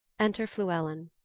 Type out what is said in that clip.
enter fluellen.